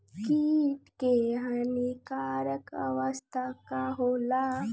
कीट क हानिकारक अवस्था का होला?